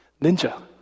Ninja